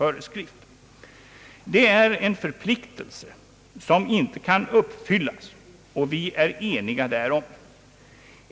Det är en förpliktelse som inte kan uppfyllas och vi är eniga därom.